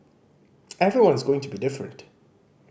everyone is going to be different